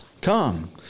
Come